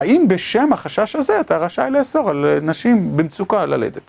האם בשם החשש הזה אתה רשאי לאסור על נשים במצוקה ללדת?